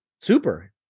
Super